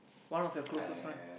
one of your closest friend